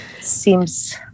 seems